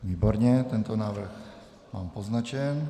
Výborně, tento návrh mám poznačen.